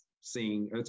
seeing